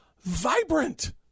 vibrant